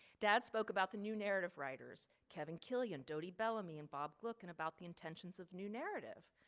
dad spoke about the new narrative writers kevin killian, dodi bellamy, and bob gluck and about the intentions of new narrative,